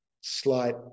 slight